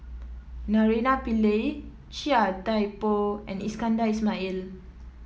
Naraina Pillai Chia Thye Poh and Iskandar Ismail